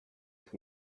ich